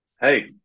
Hey